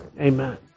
Amen